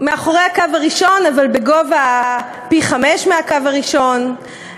מאחורי הקו הראשון אבל בגובה פי-חמישה מהקו הראשון,